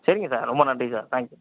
சரிங்க சார் ரொம்ப நன்றி சார் தேங்க் யூ